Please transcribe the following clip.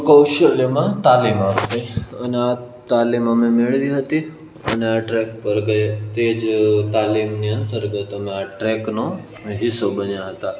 કૌશલ્યમાં તાલીમ આપવી અને આ તાલીમ અમે મેળવી હતી અને આ ટ્રેક પર ગયા તે જ તાલીમની અંતર્ગત અમે આ ટ્રેકનો હિસ્સો બન્યા હતા